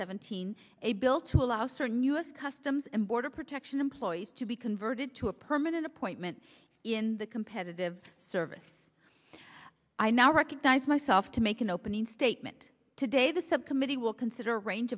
seventeen a bill to allow certain u s customs and border protection employees to be converted to a permanent appointment in the competitive service i now recognize myself to make an opening statement today the subcommittee will consider a range